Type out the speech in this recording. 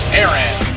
Aaron